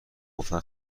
گفتن